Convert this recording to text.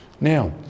now